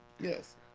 Yes